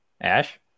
Ash